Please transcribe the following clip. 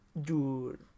Dude